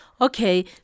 Okay